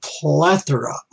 plethora